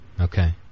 Okay